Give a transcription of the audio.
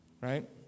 Right